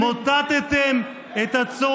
אתם,